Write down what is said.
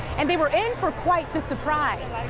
and they were in for quite the surprise.